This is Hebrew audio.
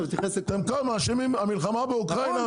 המלחמה באוקראינה,